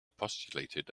postulated